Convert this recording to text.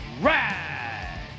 rad